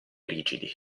rigidi